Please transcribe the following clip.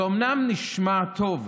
זה אומנם נשמע טוב,